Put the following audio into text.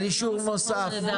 זו